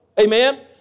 Amen